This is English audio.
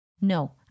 No